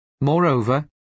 Moreover